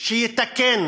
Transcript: שיתקן